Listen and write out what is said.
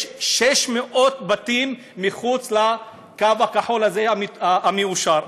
יש 600 בתים מחוץ לקו הכחול הזה, המאושר.